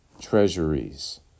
treasuries